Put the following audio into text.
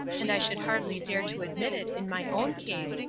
and i should hardly dare to admit it in my own case,